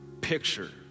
picture